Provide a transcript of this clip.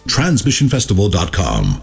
Transmissionfestival.com